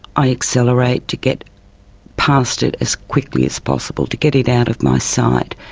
i accelerate to get past it as quickly as possible, to get it out of my sight.